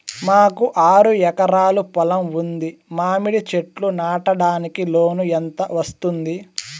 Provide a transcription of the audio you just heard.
మాకు ఆరు ఎకరాలు పొలం ఉంది, మామిడి చెట్లు నాటడానికి లోను ఎంత వస్తుంది?